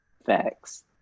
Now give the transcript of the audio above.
Facts